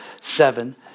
seven